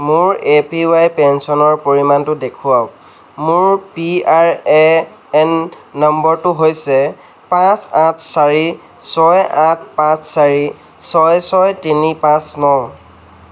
মোৰ A P Y পেঞ্চনৰ পৰিমাণটো দেখুৱাওক মোৰ পি আৰ এ এন নম্বৰটো হৈছে পাঁচ আঠ চাৰি ছয় আঠ পাঁচ চাৰি ছয় ছয় তিনি পাঁচ ন